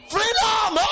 Freedom